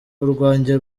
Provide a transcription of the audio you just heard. urwanjye